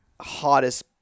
hottest